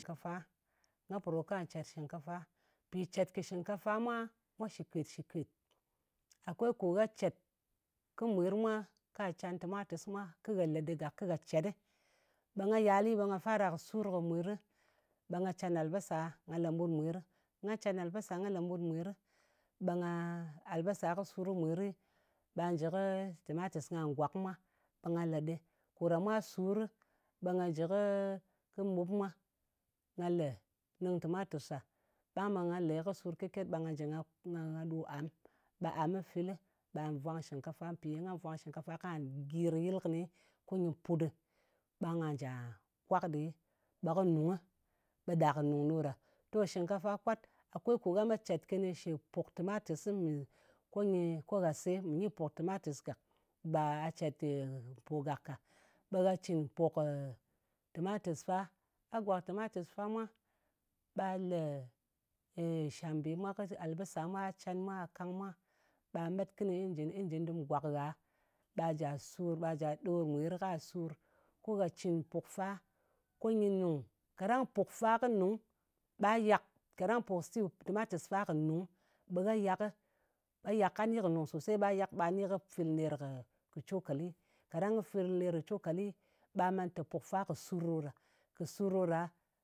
Kafa. Nga pò rot kwà cet shɨngkafa. Mpì cet kɨ shɨnkkafa mwa shɨkèt-shɨkèt. Kò gha cèt kɨ mwir mwa, ka can tɨmatɨs mwa gha lɛe ɗɨ gak, ko ghà cet, ɓe nga yali ɓe nga fara kɨ sur kɨ mwiri, ɓe nga can albasa ng le mbut mwìri. Nga can albasa nga le mɓut mwìri, ɓe ngaa, albasa kɨ sur ki mwiri, ɓà jɨ kɨ tɨmatɨs ngà gwak mwa nga le ɗɨ. Ko ɗa mwa sur, ɓe nga jɨ kɨ mɓuɓ mwa nga le nɨng tɨmatɨs ɗa. Ɓang ɓe nga lè, kɨ sur ket-ket, ɓe nga jɨ nga ɗo am. Ɓe am kɨ filɨ, ɓa vwang shɨngkafa. Mpì ye nga vwang shɨngkafa, kà gyir yɨl kɨni ko nɨ put ɗɨ, ɓang ɓa njà kwak ɗi, ɓe kɨ nùngɨ, ɓe ɗa kɨ nùng ɗo ɗa. To, shɨngkafa kwat, akwei ko gha met cet kɨnɨ shɨ pùk tɨmatɨs ko nyɨ, ko gha se. Mɨ nyi pùk tɨmatɨs ka. Ɓa gha cɨn pùkghɨ tɨmatɨs fa. A gwak tɨmatɨs fa mwa, ɓa le shambe mwa kɨ albasa mwa, gha can mwa, ɓa met kɨnɨ injin. Injɨn nyɨ gwak ngha, ɓa ja sur, ɓa ja ɗo mwiri, ka sur, ko gha cɨn pùk fa ko nyɨ nung. Kaɗang puk fa kɨ nung, ba yak. Kaɗang pùk stew, tɨmatɨs fa kɨ nung, ɓe gha yakɨ, a yak, a ni kɨ nùng sosei ɓa yak ɓa ni kɨ fil ner kɨ cokali. Kaɗang kɨ fil ner kɨ cokali ɓa man te pùk fa kɨ sur ɗo ɗa. Kɨ sur ɗo ɗa,